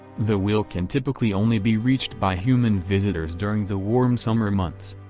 the wheel can typically only be reached by human visitors during the warm summer months.